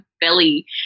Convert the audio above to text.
belly